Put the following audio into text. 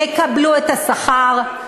יקבלו את השכר,